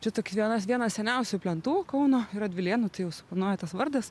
čia toks vienas vienas seniausių plentų kauno radvilėnų tai jau suponuoja tas vardas